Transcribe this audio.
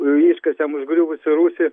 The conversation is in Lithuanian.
iškasėm užgriuvusį rūsį